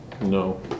No